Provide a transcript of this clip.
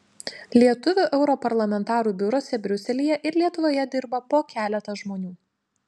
lietuvių europarlamentarų biuruose briuselyje ir lietuvoje dirba po keletą žmonių